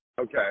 Okay